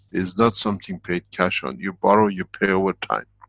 is not something paid cash on, you borrow you pay over time.